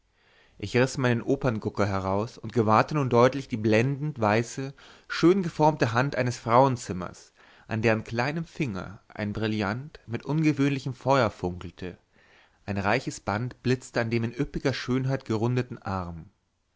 ich riß meinen operngucker heraus und gewahrte nun deutlich die blendend weiße schön geformte hand eines frauenzimmers an deren kleinem finger ein brillant mit ungewöhnlichem feuer funkelte ein reiches band blitzte an dem in üppiger schönheit geründeten arm